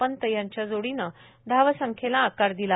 पंत यांच्या जोडीनं धावसंख्येला आकार दिला